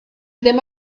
ddim